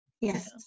yes